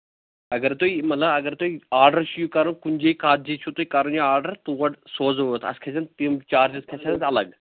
اَگر تُہۍ مطلب اَگر تُہۍ آڈَر چھِ یہِ کَرُن کُنہِ جاے کَتھ جاے چھُو تۄہہِ کَرُن یہِ آڈَر تور سوزوتھ اَتھ کھَسَن تِم چارجِز کھسہِ اَتھ اَلگ